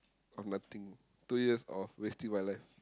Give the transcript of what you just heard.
of nothing two years of wasting my life